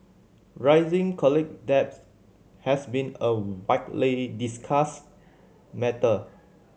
rising college debt has been a widely discussed matter